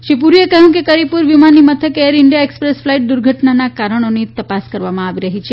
શ્રી પુરીએ કહ્યું કે કરિપુર વિમાની મથકે એર ઇન્ડિયા એક્સપ્રેસ ફ્લાઇટ દુર્ઘટનાના કારણોની તપાસ કરવામાં આવી રહી છે